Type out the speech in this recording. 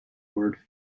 word